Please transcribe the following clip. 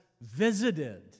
visited